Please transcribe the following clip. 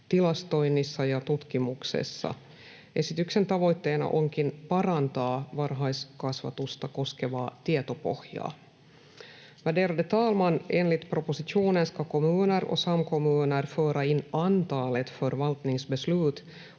tilastoinnissa ja tutkimuksessa. Esityksen tavoitteena onkin parantaa varhaiskasvatusta koskevaa tietopohjaa. Värderade talman! Enligt propositionen ska kommuner och samkommuner föra in antalet förvaltningsbeslut